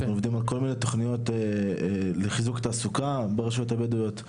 אנחנו עובדים על כל מיני תוכניות לחיזוק תעסוקה ברשויות הבדואיות,